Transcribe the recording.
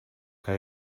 que